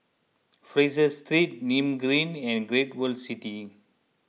Fraser Street Nim Green and Great World City